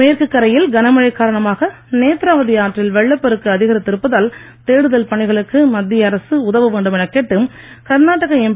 மேற்கு கரையில் கனமழை காரணமாக நேத்ராவதி ஆற்றில் வெள்ளப் பெருக்கு அதிகரித்து இருப்பதால் தேடுதல் பணிகளுக்கு மத்திய அரசு உதவ வேண்டும் எனக் கேட்டு கர்நாடக எம்